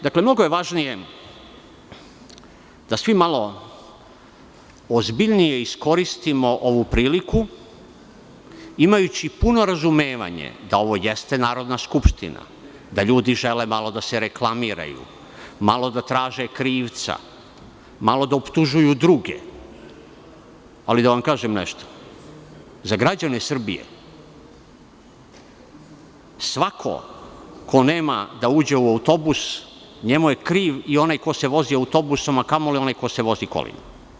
Dakle, mnogo je važnije da svi malo ozbiljnije iskoristimo ovu priliku, imajući puno razumevanje da ovo jeste Narodna skupština, da ljudi žele malo da se reklamiraju, malo da traže krivca, malo da optužuju druge, ali, da vam kažem nešto, za građane Srbije svako ko nema da uđe u autobus njemu je kriv i onaj ko se vozi autobusom, a kamoli onaj ko se vozi kolima.